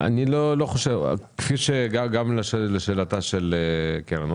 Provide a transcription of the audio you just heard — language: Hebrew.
כפי שאמרתי לשאלתה של קרן,